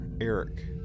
Eric